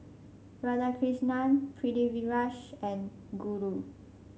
Radhakrishnan Pritiviraj and Guru